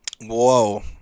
Whoa